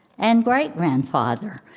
and great grandfather.